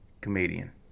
comedian